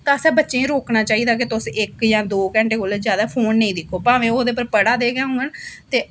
तां असें बच्चें गी रोकना चाहिदा कि तुस इक जां दो घैटें कोला जादा फोन नेईं दिक्खो भावें ओह् ओह्दे उप्पर पढ़ा दे गै होङन